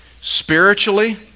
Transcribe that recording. spiritually